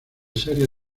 serie